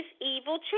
evil